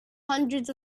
hundreds